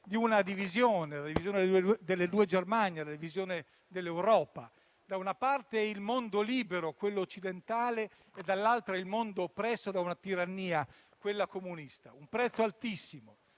di una divisione, quella tra le due Germanie, la divisione dell'Europa: da una parte, il mondo libero, quello occidentale; dall'altra, il mondo oppresso da una tirannia, quella comunista. Furono pagati